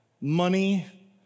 money